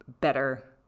better